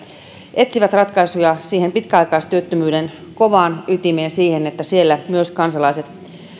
etsivät ratkaisuja pitkäaikaistyöttömyyden kovaan ytimeen niin että siellä myös